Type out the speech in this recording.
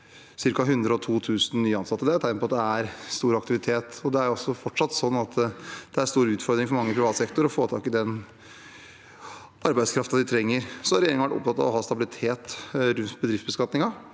ca. 102 000 nye ansatte. Det er tegn på at det er stor aktivitet. Det er også fortsatt slik at det er en stor utfordring for mange i privat sektor å få tak i den arbeidskraften de trenger. Regjeringen har vært opptatt av å ha stabilitet rundt bedriftsbeskatningen,